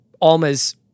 Alma's